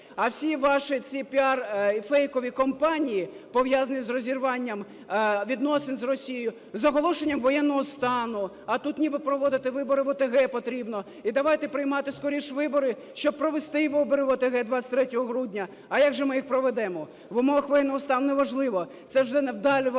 А всі ваші ці піар фейкові компанії пов'язані з розірванням відносин з Росією, з оголошенням воєнного стану, а тут ніби проводити вибори в ОТГ потрібно. І давайте приймати скоріше вибори, щоб провести вибори в ОТГ 23 грудня. А як же ми їх проведемо? В умовах воєнного стану неможливо. Це вже невдалі ваші